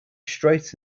straight